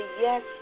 yes